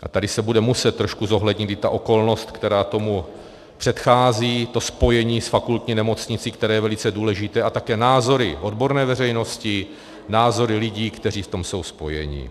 A tady se bude muset trošku zohlednit i ta okolnost, která tomu předchází, to spojení s fakultní nemocnicí, které je velice důležité, a také názory odborné veřejnosti, názory lidí, kteří v tom jsou spojeni.